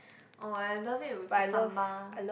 oh I love it with the sambal